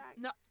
No